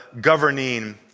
governing